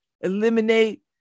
eliminate